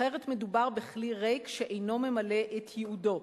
אחרת מדובר בכלי ריק שאינו ממלא את ייעודו.